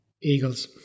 eagles